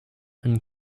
and